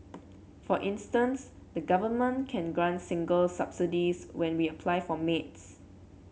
for instance the Government can grant singles subsidies when we apply for maids